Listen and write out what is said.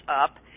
up